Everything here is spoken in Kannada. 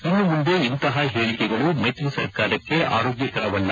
ಇನ್ನು ಮುಂದೆ ಇಂತಹ ಹೇಳಿಕೆಗಳು ಮೈತ್ರಿ ಸರ್ಕಾರಕ್ಕೆ ಆರೋಗ್ಗಕರವಲ್ಲ